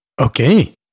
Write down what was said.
okay